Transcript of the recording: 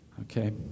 okay